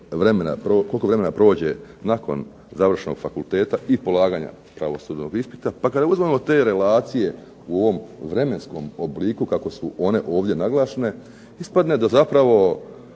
koliko vremena prođe nakon završenog fakulteta i polaganja pravosudnog ispita. Pa kad uzmemo te relacije u ovom vremenskom obliku kako su one ovdje naglašene, ispadne da zapravo